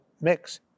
mix